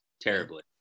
terribly